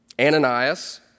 Ananias